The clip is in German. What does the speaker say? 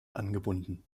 angebunden